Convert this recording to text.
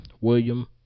William